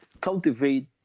cultivate